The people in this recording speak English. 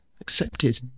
accepted